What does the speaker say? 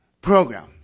program